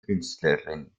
künstlerin